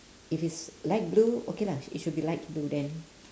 if it's light blue okay lah it should be light blue then